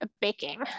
Baking